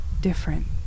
different